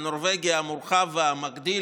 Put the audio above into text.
הנורבגי המורחב והמגדיל,